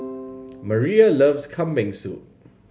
Maria loves Kambing Soup